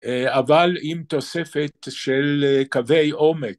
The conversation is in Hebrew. אה.. אבל עם תוספת של קווי עומק.